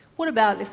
what about,